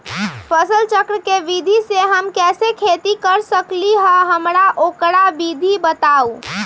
फसल चक्र के विधि से हम कैसे खेती कर सकलि ह हमरा ओकर विधि बताउ?